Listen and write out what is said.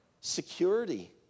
Security